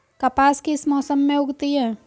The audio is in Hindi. कपास किस मौसम में उगती है?